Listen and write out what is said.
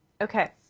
Okay